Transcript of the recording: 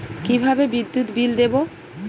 কিভাবে বিদ্যুৎ বিল দেবো?